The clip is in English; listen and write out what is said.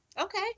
Okay